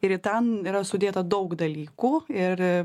ir į ten yra sudėta daug dalykų ir